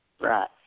Right